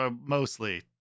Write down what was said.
mostly